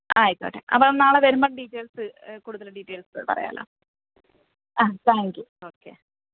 ആയിക്കോട്ടെ അപ്പോള് നാളെ വരുമ്പോള് ഡീറ്റേയ്ല്സ് കൂടുതല് ഡീറ്റെയില്സ് പറയാമല്ലോ ആ താങ്ക്യു ഓക്കെ